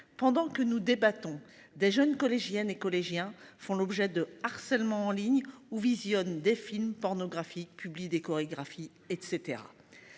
pendant que nous débattons des jeunes collégiennes et collégiens font l'objet de harcèlement en ligne ou visionne des films pornographiques publie des chorégraphies et